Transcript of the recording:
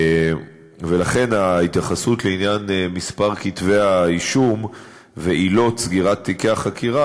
ולכן ההתייחסות לעניין מספר כתבי-האישום ועילות סגירת תיקי החקירה,